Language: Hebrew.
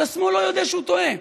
השמאל לא יודה שהוא טועה.